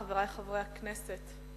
חברי חברי הכנסת,